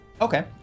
Okay